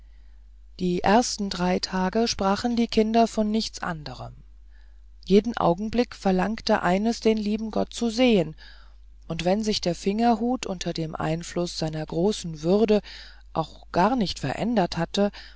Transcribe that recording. die ersten drei tage sprachen die kinder von nichts anderem jeden augenblick verlangte eines den lieben gott zu sehen und wenn sich der fingerhut unter dem einfluß seiner großen würde auch garnicht verändert hatte